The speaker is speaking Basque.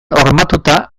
hormatuta